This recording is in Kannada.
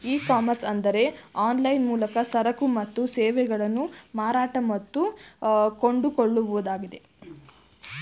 ಇ ಕಾಮರ್ಸ್ ಅಂದರೆ ಆನ್ಲೈನ್ ಮೂಲಕ ಸರಕು ಮತ್ತು ಸೇವೆಗಳನ್ನು ಮಾರಾಟ ಮತ್ತು ಕೊಂಡುಕೊಳ್ಳುವುದಾಗಿದೆ